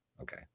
Okay